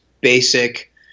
basic